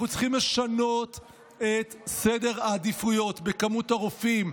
אנחנו צריכים לשנות את סדר העדיפויות בכמות הרופאים,